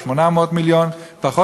או 800 מיליון פחות,